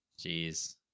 Jeez